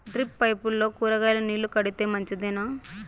Drip పైపుల్లో కూరగాయలు నీళ్లు కడితే మంచిదేనా?